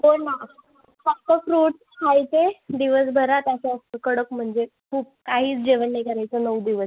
बोल ना फक्त फ्रूट्स खायचे दिवसभरात असं असतं कडक म्हणजे खूप काहीच जेवण नाही करायचं नऊ दिवस